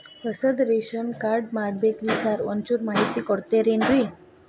ಹೊಸದ್ ration card ಮಾಡ್ಬೇಕ್ರಿ sir ಒಂಚೂರ್ ಮಾಹಿತಿ ಕೊಡ್ತೇರೆನ್ರಿ?